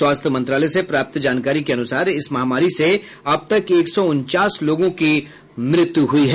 स्वास्थ्य मंत्रालय से प्राप्त जानकारी के अनुसार इस महामारी से अब तक एक सौ उनचास लोगों की मृत्यु हुई है